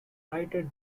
writer